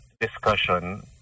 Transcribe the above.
discussion